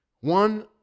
One